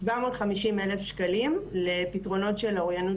שבע מאות חמישים אלף שקלים לפתרונות של אוריינות